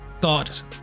thoughts